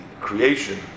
creation